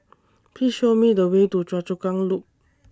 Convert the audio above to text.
Please Show Me The Way to Choa Chu Kang Loop